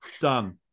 done